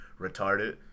retarded